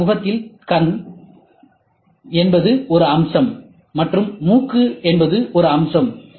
உங்கள் முகத்தில் கண் என்பது ஒரு அம்சம் மற்றும் மூக்கு ஒரு அம்சம்